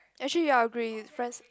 actually agreed his friends